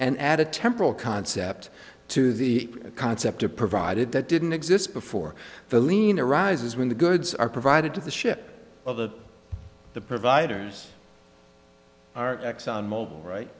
and add a temporal concept to the concept of provided that didn't exist before the lien arises when the goods are provided to the ship of the the providers are exxon mobil right